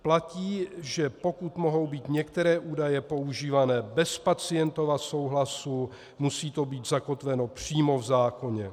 Platí, že pokud mohou být některé údaje používány bez pacientova souhlasu, musí to být zakotveno přímo v zákoně.